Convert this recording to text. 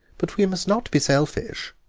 but we must not be selfish.